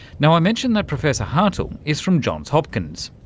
now, i mentioned that professor hartung is from johns hopkins.